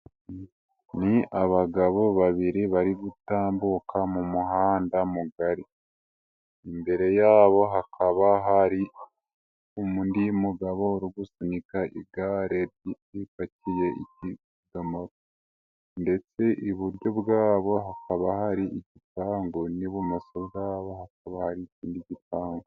Ni abagabo babiri bari gutambuka mu muhanda mugari, imbere yabo hakaba hari undi mugabo uri gusunika igare ipakiye ikidomoro, ndetse iburyo bwabo hakaba hari igipangu n'ibumoso bwabo hakaba hari ikindi gipangu.